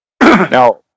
Now